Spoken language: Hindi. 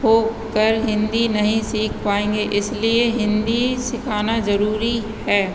होकर हिन्दी नहीं सीख पाएँगे इसलिए हिन्दी सिखाना जरूरी है